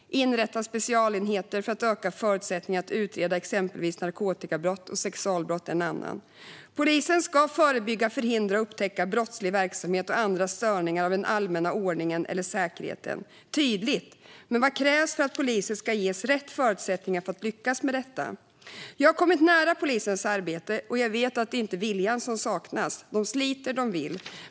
Inrättande av specialenheter för att öka förutsättningarna att utreda exempelvis narkotikabrott och sexualbrott är en annan. Polisen ska förebygga, förhindra och upptäcka brottslig verksamhet och andra störningar av den allmänna ordningen eller säkerheten. Det är tydligt, men vad krävs för att poliser ska ges rätt förutsättningar för att lyckas med detta? Jag har kommit nära polisens arbete, och jag vet att det inte är viljan som saknas. De sliter; de vill.